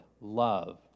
love